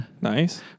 Nice